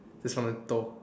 just want to toh